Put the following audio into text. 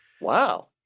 Wow